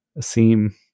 seem